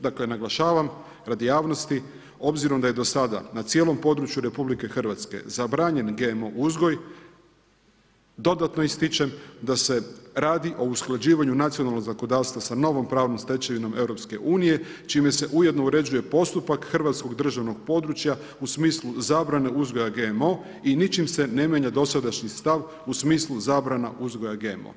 Dakle naglašavam radi javnosti, obzirom da je do sada na cijelom području RH zabranjen GMO uzgoj dodatno ističem da se radi o usklađivanju nacionalnog zakonodavstva sa novom pravnom stečevinom EU čime se ujedno uređuje postupak hrvatskog državnog područja u smislu zabrane uzgoja GMO i ničim se ne mijenja dosadašnji stav u smislu zabrana uzgoja GMO.